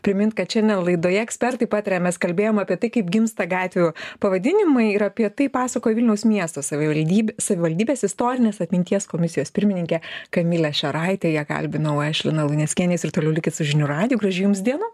primint kad šiandien laidoje ekspertai pataria mes kalbėjom apie tai kaip gimsta gatvių pavadinimai ir apie tai pasakojo vilniaus miesto savivaldybė savivaldybės istorinės atminties komisijos pirmininkė kamilė šeraitė ją kalbinau aš lina luneckienė jūs ir toliau likit su žinių radiju gražių jums dienų